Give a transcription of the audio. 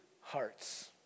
hearts